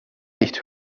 nicht